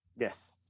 Yes